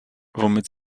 womit